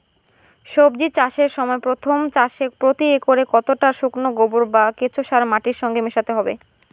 সবজি চাষের সময় প্রথম চাষে প্রতি একরে কতটা শুকনো গোবর বা কেঁচো সার মাটির সঙ্গে মেশাতে হবে?